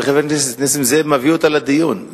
שחבר הכנסת נסים זאב מביא אותה לדיון.